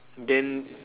then